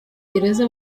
gereza